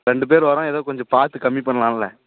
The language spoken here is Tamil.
ரெண்டு பேர் வரோம் ஏதோ கொஞ்சம் பார்த்து கம்மிப் பண்லான்லை